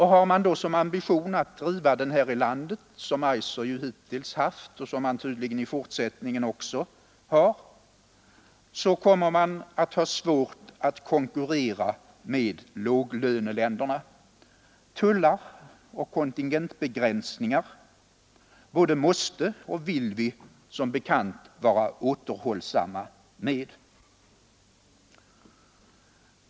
Har man då som ambition att driva verksamheten huvudsakligen här i landet, som Eiser ju hittills haft och som man tydligen i fortsättningen också har, så kommer man att få svårt att konkurrera med låglöneländerna. Tullar och kontingentbegränsningar både måste och vill vi, som bekant, vara återhållsamma med.